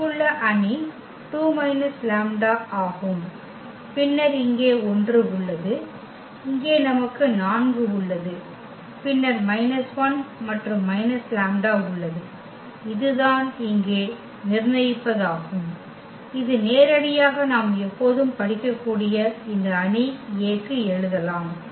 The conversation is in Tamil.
இங்குள்ள அணி 2 மைனஸ் லாம்ப்டா ஆகும் பின்னர் இங்கே 1 உள்ளது இங்கே நமக்கு 4 உள்ளது பின்னர் மைனஸ் 1 மற்றும் மைனஸ் லாம்ப்டா உள்ளது இதுதான் இங்கே நிர்ணயிப்பதாகும் இது நேரடியாக நாம் எப்போதும் படிக்கக்கூடிய இந்த அணி A க்கு எழுதலாம்